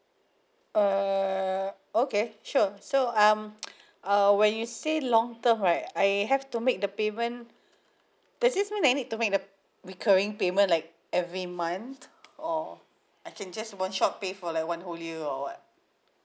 uh okay sure so um err when you say long term right I have to make the payment does this one I need to make the recurring payment like every month or I can just one shot pay for like one whole year or what